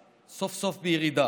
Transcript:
סוף-סוף בירידה,